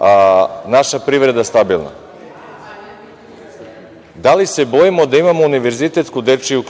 je naša privreda stabilna. Da li se bojimo da imamo Univerzitetsku dečiju